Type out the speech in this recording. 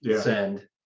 Send